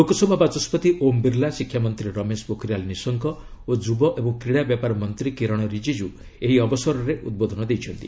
ଲୋକସଭା ବାଚସ୍କତି ଓମ୍ ବିର୍ଲା ଶିକ୍ଷାମନ୍ତ୍ରୀ ରମେଶ ପୋଖରିୟାଲ ନିଶଙ୍କ ଓ ଯୁବ ଏବଂ କ୍ରୀଡ଼ା ବ୍ୟାପାର ମନ୍ତ୍ରୀ କିରଣ ରିଜିକ୍ତୁ ଏହି ଅବସରରେ ଉଦ୍ବୋଧନ ଦେଇଛନ୍ତି